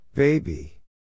Baby